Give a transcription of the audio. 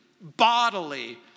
bodily